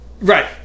Right